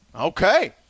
Okay